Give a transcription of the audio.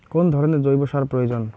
কোন ধরণের জৈব সার প্রয়োজন?